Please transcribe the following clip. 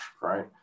right